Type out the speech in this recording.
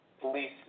police